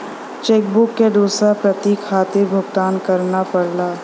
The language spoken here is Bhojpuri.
चेक बुक क दूसर प्रति खातिर भुगतान करना पड़ला